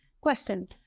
question